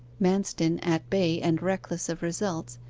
manston at bay, and reckless of results,